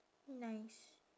nice